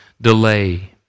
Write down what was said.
delay